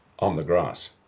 on the grass.